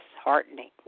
disheartening